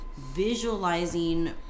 visualizing